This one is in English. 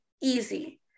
easy